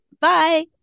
Bye